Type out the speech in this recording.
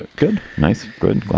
good. nice. good